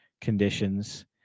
conditions